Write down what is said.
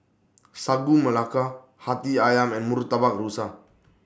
Sagu Melaka Hati Ayam and Murtabak Rusa